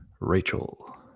Rachel